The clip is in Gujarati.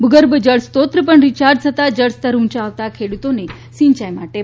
ભૂગર્ભ જળસ્ત્રોત પણ રીયાર્જ થતાં જળસ્તર ઉંચા આવતા ખેડુતોને સિંયાઇ માટે પાણી મળશે